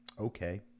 Okay